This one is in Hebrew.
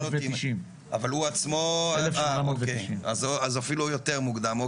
1890. אז אפילו יותר מוקדם.